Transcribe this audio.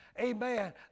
amen